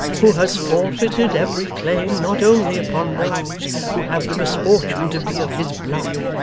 who has forfeited every claim not only upon those who have the misfortune to be of his blood,